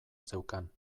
zeukan